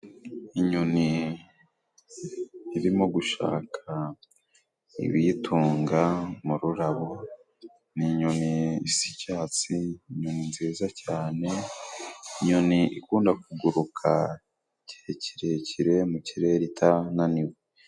Inyoni irimo gushaka ibiyitunga mu rurabo, ni inyoni isa icyatsi, ni nziza cyane. Inyoni ikunda kuguruka igihe kirekire mu kirere itananiwe.